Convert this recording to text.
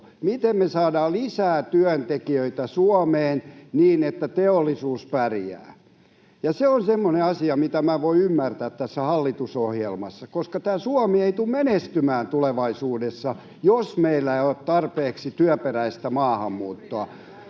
miten me saadaan lisää työntekijöitä Suomeen, niin että teollisuus pärjää. Se on semmoinen asia, mitä minä en voi ymmärtää tässä hallitusohjelmassa, koska Suomi ei tule menestymään tulevaisuudessa, jos meillä ei ole tarpeeksi työperäistä maahanmuuttoa.